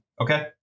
okay